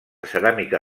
ceràmica